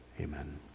Amen